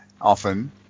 often